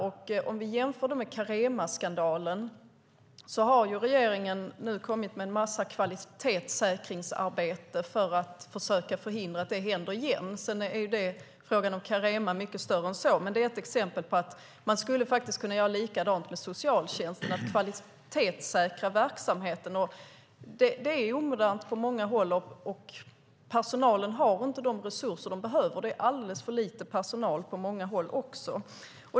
Vi kan jämföra med Caremaskandalen, där regeringen nu har kommit med en massa kvalitetssäkringsarbete för att försöka förhindra att det händer igen. Sedan är frågan om Carema mycket större än så, men det är ett exempel. Man skulle faktiskt kunna göra likadant med socialtjänsten - kvalitetssäkra verksamheten. Det är omodernt på många håll, och personalen har inte de resurser de behöver. Det är även alldeles för lite personal på många håll.